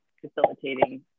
facilitating